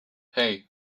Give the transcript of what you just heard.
hey